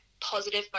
positive